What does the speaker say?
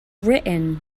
written